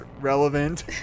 relevant